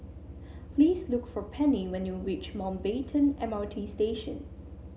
please look for Pennie when you reach Mountbatten M R T Station